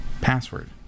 password